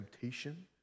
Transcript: temptation